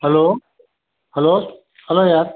hello hello hello yeah